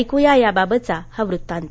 ऐक्या याबाबतचा हा वृत्तांत